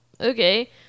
okay